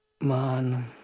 Man